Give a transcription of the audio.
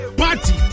party